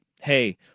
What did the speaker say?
hey